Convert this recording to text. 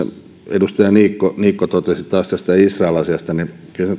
edustaja niikko niikko totesi taas tästä israel asiasta kyllä nyt